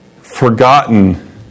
forgotten